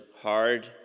hard